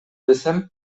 десем